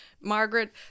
Margaret